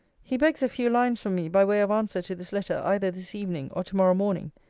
he begs a few lines from me by way of answer to this letter, either this evening, or to-morrow morning.